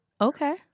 Okay